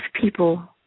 people